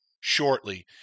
shortly